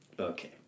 okay